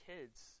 kids